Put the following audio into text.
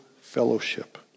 fellowship